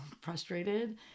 frustrated